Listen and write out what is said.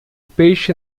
peixe